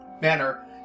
manner